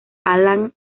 alan